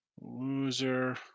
Loser